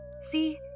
See